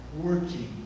working